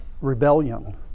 rebellion